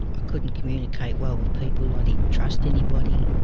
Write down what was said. ah couldn't communicate well with people, i didn't trust anybody